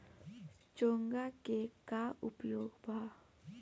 चोंगा के का उपयोग बा?